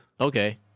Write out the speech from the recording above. Okay